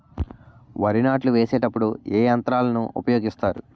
వరి నాట్లు వేసేటప్పుడు ఏ యంత్రాలను ఉపయోగిస్తారు?